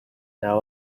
now